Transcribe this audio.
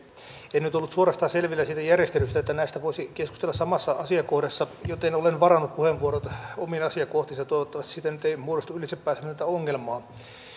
en nyt ollut suorastaan selvillä siitä järjestelystä että näistä voisi keskustella samassa asiakohdassa joten olen varannut puheenvuorot omiin asiakohtiinsa toivottavasti siitä ei nyt muodostu ylitsepääsemätöntä ongelmaa